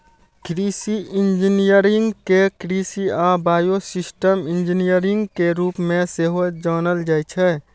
कृषि इंजीनियरिंग कें कृषि आ बायोसिस्टम इंजीनियरिंग के रूप मे सेहो जानल जाइ छै